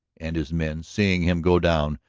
and his men, seeing him go down,